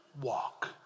walk